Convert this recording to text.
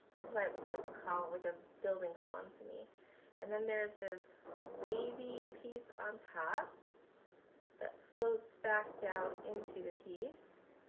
is why it looks like a column like a building column to me and then there's this wavy piece on top that floats back down into the piece